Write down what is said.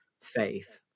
faith